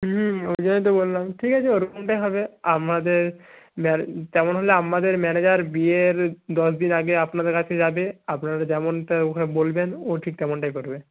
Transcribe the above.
হুম ওই জন্যই তো বললাম ঠিক আছে ওরকমটাই হবে আমাদের তেমন হলে আমাদের ম্যানেজার বিয়ের দশ দিন আগে আপনাদের কাছে যাবে আপনারা যেমনটা বলবেন ও ঠিক তেমনটাই করবে